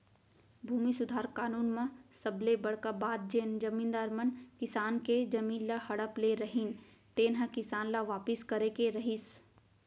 भूमि सुधार कानून म सबले बड़का बात जेन जमींदार मन किसान के जमीन ल हड़प ले रहिन तेन ह किसान ल वापिस करे के रहिस